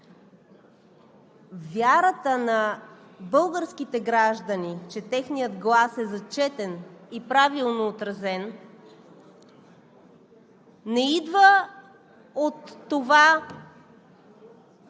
вярата на българските граждани, че техният глас е зачетен и правилно отразен, не идва от това…